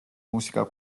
მუსიკა